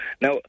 Now